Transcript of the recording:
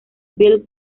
bill